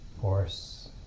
force